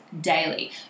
daily